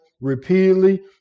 repeatedly